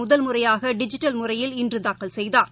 முதல் முறையாக டிஜிட்டல் முறையில் இன்று தாக்கல் செய்தாா்